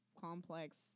complex